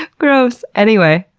ah gross. anyway.